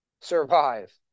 survive